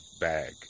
bag